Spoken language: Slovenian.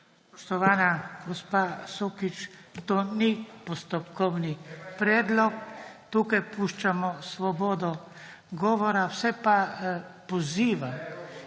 Spoštovana gospa Sukič, to ni postopkovni predlog. Tukaj puščamo svobodo govora. Vse pa pozivam